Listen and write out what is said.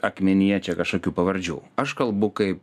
akmenyje čia kažkokių pavardžių aš kalbu kaip